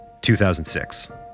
2006